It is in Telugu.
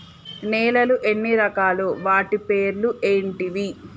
నేలలు ఎన్ని రకాలు? వాటి పేర్లు ఏంటివి?